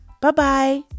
Bye-bye